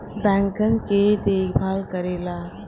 बैंकन के देखभाल करेला